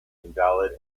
invalid